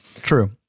True